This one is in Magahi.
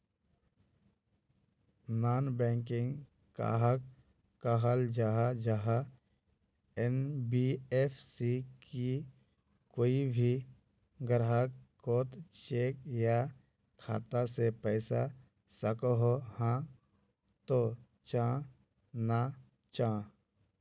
नॉन बैंकिंग कहाक कहाल जाहा जाहा एन.बी.एफ.सी की कोई भी ग्राहक कोत चेक या खाता से पैसा सकोहो, हाँ तो चाँ ना चाँ?